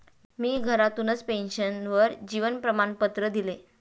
मी घरातूनच पेन्शनर जीवन प्रमाणपत्र दिले